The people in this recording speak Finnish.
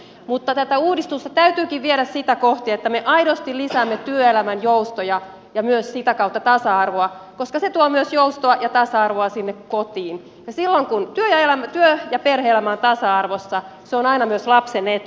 mutta tätä uudistusta täytyykin viedä sitä kohti että me aidosti lisäämme työelämän joustoja ja myös sitä kautta tasa arvoa koska se tuo myös joustoa ja tasa arvoa sinne kotiin ja silloin kun työ ja perhe elämä on tasa arvossa se on aina myös lapsen etu